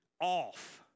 off